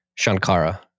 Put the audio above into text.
Shankara